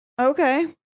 Okay